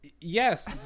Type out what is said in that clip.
Yes